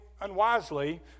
unwisely